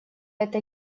этой